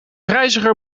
reiziger